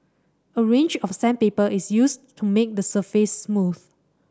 a range of sandpaper is used to make the surface smooth